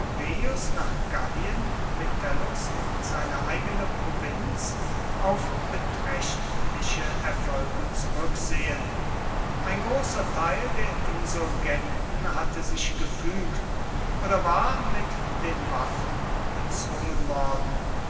nach gallien metellus in seine eigene provinz auf beträchtliche erfolge zurücksehen ein großer teil der insurgenten hatte sich gefügt oder war mit den waffen bezwungen worden